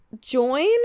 join